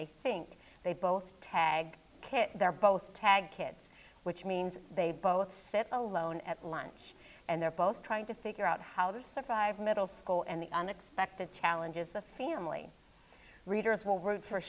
they think they both tag they're both tag kids which means they both sit alone at lunch and they're both trying to figure out how to survive middle school and the unexpected challenges the family readers will root for